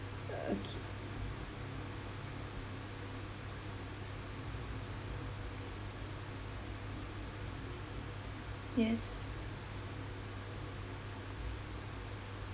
okay yes